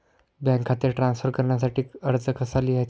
Bank खाते transfer करण्यासाठी अर्ज कसा लिहायचा?